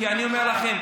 כי אני אומר לכם,